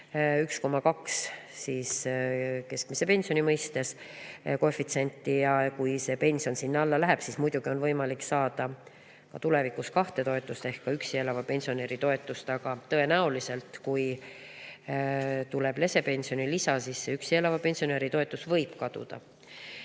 1,2 keskmise pensioni mõistes koefitsienti. Kui see pension sinna alla läheb, siis muidugi on võimalik saada tulevikus kahte toetust ehk ka üksi elava pensionäri toetust. Aga tõenäoliselt, kui tuleb lesepensioni lisa, siis see üksi elava pensionäri toetus võib kaduda.